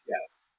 Yes